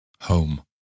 Home